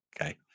Okay